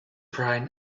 brian